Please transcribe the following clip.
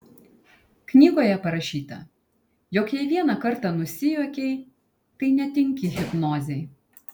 knygoje parašyta jog jei vieną kartą nusijuokei tai netinki hipnozei